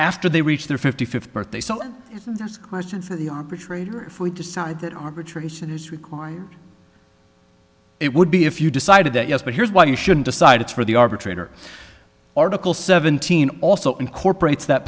after they reached their fifty fifth birthday so there's questions that the opera trader if we decide that arbitration is required it would be if you decided that yes but here's why you shouldn't decide it's for the arbitrator article seventeen also incorporates that